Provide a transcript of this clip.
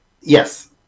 yes